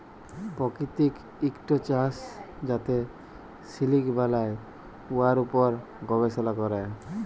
পাকিতিক ইকট চাষ যাতে সিলিক বালাই, উয়ার উপর গবেষলা ক্যরে